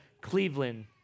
Cleveland